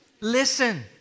Listen